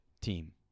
team